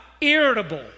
irritable